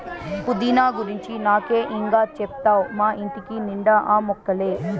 పుదీనా గురించి నాకే ఇం గా చెప్తావ్ మా ఇంటి నిండా ఆ మొక్కలే